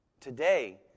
Today